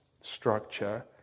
structure